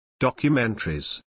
Documentaries